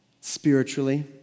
spiritually